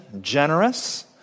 Generous